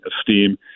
esteem